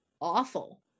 awful